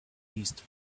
east